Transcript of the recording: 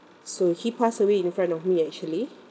so he pass away in front of me actually